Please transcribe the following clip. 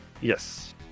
Yes